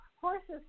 horses